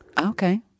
Okay